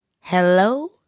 Hello